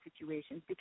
situations